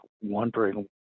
wondering